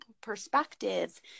perspectives